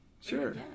Sure